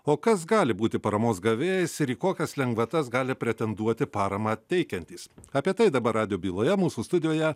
o kas gali būti paramos gavėjais ir į kokias lengvatas gali pretenduoti paramą teikiantys apie tai dabar rado byloje mūsų studijoje